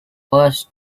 first